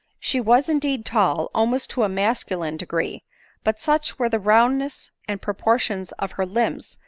she was indeed tall, almost to a masculine degree but such were the roundness and proportion of her limbs,